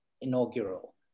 inaugural